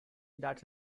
that’s